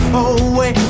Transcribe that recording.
away